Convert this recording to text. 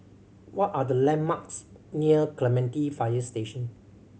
what are the landmarks near Clementi Fire Station